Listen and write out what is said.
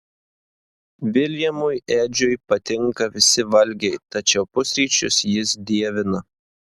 viljamui edžiui patinka visi valgiai tačiau pusryčius jis dievina